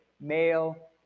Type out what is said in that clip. Male